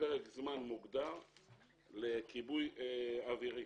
בפרק זמן מוגדר לכיבוי אווירי.